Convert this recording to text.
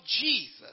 Jesus